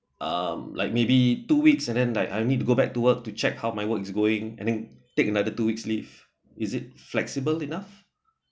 um like maybe two weeks and then I need go back to work to check how my work is going and then take another two weeks leave is it flexible enough